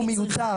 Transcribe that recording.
הוא מיותר.